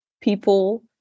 people